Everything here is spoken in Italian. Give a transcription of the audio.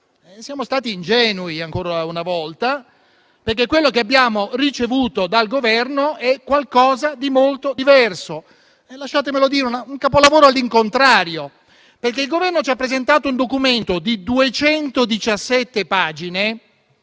Siamo stati ingenui, ancora una volta, perché quello che abbiamo ricevuto dal Governo è molto diverso; è - lasciatemelo dire - un capolavoro all'incontrario, perché il Governo ci ha presentato un documento di 217 pagine